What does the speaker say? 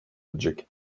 edecek